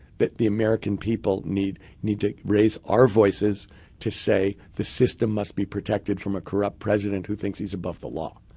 that the american people need need to raise our voices to say, the system must be protected from a corrupt president who thinks he's above the law.